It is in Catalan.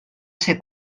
ser